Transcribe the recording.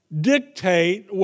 dictate